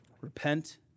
Repent